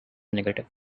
negative